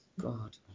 God